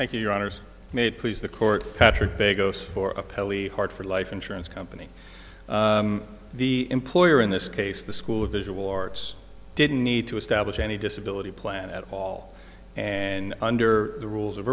thank you your honors mate please the court patrick bay goes for appellee heart for life insurance company the employer in this case the school of visual arts didn't need to establish any disability plan at all and under the rules of